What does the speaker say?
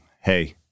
Hey